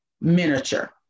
miniature